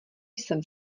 jsem